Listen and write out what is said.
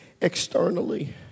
externally